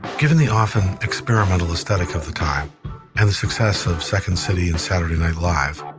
given the often experimental aesthetic of the time and the success of second city and saturday night live,